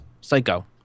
Psycho